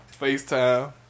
FaceTime